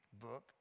book